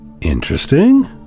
Interesting